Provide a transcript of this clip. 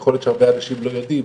יכול להיות שהרבה אנשים לא יודעים,